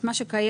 זה היה קיים